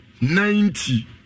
ninety